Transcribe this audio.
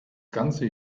ganze